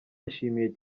yashimiye